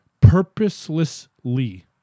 purposelessly